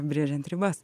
brėžiant ribas